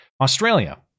Australia